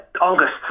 August